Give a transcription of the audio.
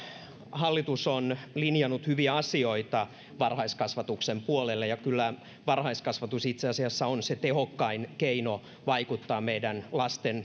hallitus on linjannut hyviä asioita varhaiskasvatuksen puolelle ja kyllä varhaiskasvatus itse asiassa on se tehokkain keino vaikuttaa meidän lastemme